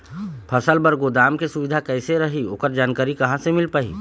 फसल बर गोदाम के सुविधा कैसे रही ओकर जानकारी कहा से मिल पाही?